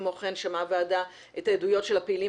כמו כן שמעה הוועדה את העדויות של הפעילים